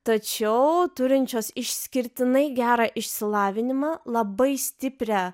tačiau turinčios išskirtinai gerą išsilavinimą labai stiprią